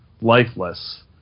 lifeless